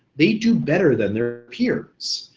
they do better than their peers.